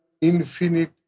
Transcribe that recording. infinite